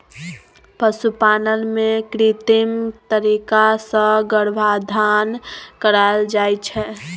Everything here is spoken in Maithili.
पशुपालन मे कृत्रिम तरीका सँ गर्भाधान कराएल जाइ छै